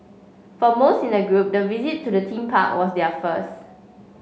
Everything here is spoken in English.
for most in the group the visit to the theme park was their first